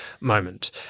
moment